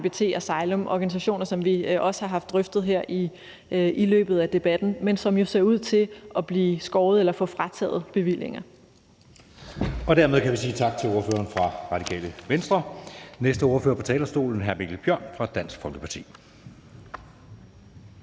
LGBT Asylum. Det er organisationer, som vi også har haft drøftet her i løbet af debatten, og som jo ser ud til at blive skåret ned eller få frataget bevillinger. Kl. 16:04 Anden næstformand (Jeppe Søe): Dermed kan vi sige tak til ordføreren fra Radikale Venstre. Næste ordfører på talerstolen er hr. Mikkel Bjørn fra Dansk Folkeparti.